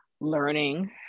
learning